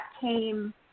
came